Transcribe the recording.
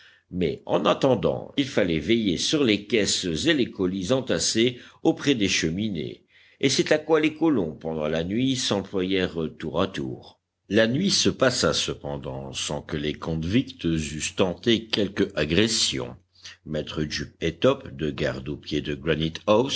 mais en attendant il fallait veiller sur les caisses et colis entassés auprès des cheminées et c'est à quoi les colons pendant la nuit s'employèrent tour à tour la nuit se passa cependant sans que les convicts eussent tenté quelque agression maître jup et top de garde au pied de